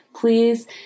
please